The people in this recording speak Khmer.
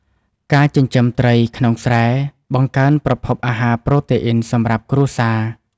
ការចិញ្ចឹមត្រីក្នុងស្រែ បង្កើនប្រភពអាហារប្រូតេអ៊ីនសម្រាប់គ្រួសារ។